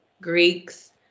Greeks